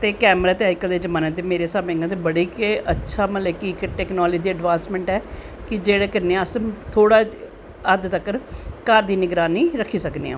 ते कैमरा ते इक ते जमानें ते मेरे हिसाव नै बड़ा गै अच्छा मतलव कि इक टैकनॉली जा अड़बांसमैंट ऐ कि जेह्दे कन्नैं अस थोह्ड़ी हद्द तक्कर घर दी निगरानी रक्खी सकनें आं